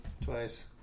twice